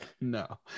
No